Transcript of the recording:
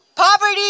Poverty